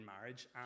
marriage